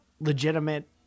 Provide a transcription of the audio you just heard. legitimate